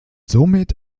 somit